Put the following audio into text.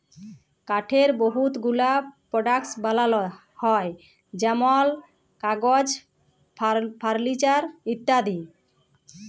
কাঠের বহুত গুলা পরডাক্টস বালাল হ্যয় যেমল কাগজ, ফারলিচার ইত্যাদি